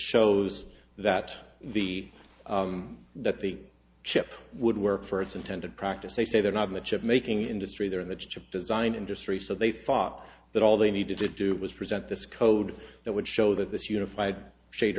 shows that the that the chip would work for its intended practice they say they're not much of making industry they're in the chip design industry so they thought that all they needed to do was present this code that would show that this unified shade